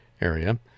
area